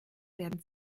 werden